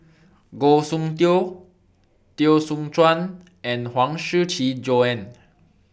Goh Soon Tioe Teo Soon Chuan and Huang Shiqi Joan